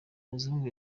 muzungu